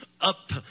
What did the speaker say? up